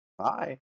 Hi